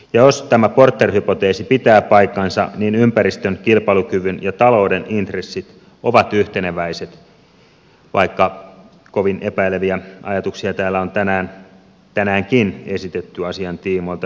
jos tämä porter hypoteesi pitää paikkansa niin ympäristön kilpailukyvyn ja talouden intressit ovat yhteneväiset vaikka kovin epäileviä ajatuksia täällä on tänäänkin esitetty asian tiimoilta